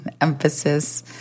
Emphasis